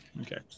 Okay